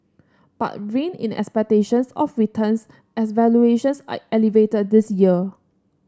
but rein in expectations of returns as valuations are elevated this year